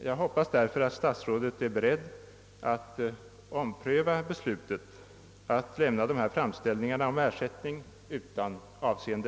Jag hoppas därför att statsrådet är beredd att ompröva beslutet att lämna dessa framställningar om ersättning utan avseende.